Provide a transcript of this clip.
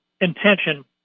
intention